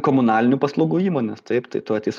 komunalinių paslaugų įmonės taip tai tuoj ateis